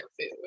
food